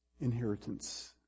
inheritance